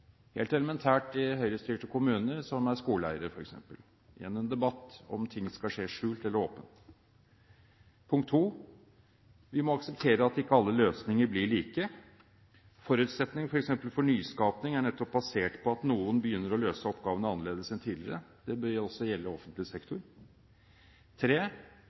helt elementært i de Høyre-styrte kommunene, f.eks. som skoleeiere. Igjen er dette en debatt om hvorvidt ting skal skje skjult eller åpent. Vi må akseptere at ikke alle løsninger blir like. Forutsetningen f.eks. for nyskaping er nettopp basert på at noen begynner å løse oppgavene annerledes enn tidligere. Det bør også gjelde offentlig